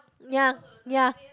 ya ya